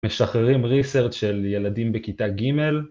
משחררים Research של ילדים בכיתה ג'